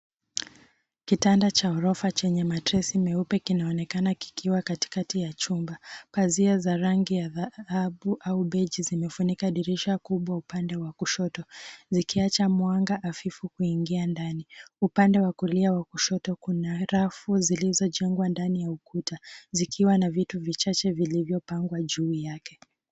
Kitanda cha ghorofa chenye matresi nyeupe kinaonekana kikiwa katikati ya chumba. Pazi za rangi ya dhahabu au beji zimefunika dirisha kubwa upande wa kushoto, zikiacha mwanga hafifu kuingia ndani. Upande wa kulia wa kushoto kuna rafu zilizojengwa ndani ya ukuta zikiwa na vitu vichache vilivyopangwa juu yake.